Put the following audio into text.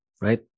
right